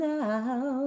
now